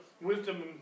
wisdom